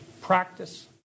practice